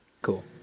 Cool